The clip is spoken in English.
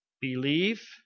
believe